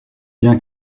bien